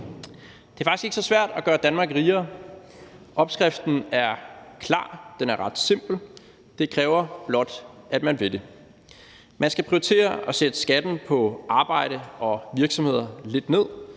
Det er faktisk ikke så svært at gøre Danmark rigere. Opskriften er klar, og den er ret simpel. Det kræver blot, at man vil det. Man skal prioritere at sætte skatten på arbejde og for virksomheder lidt ned,